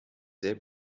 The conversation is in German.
sehr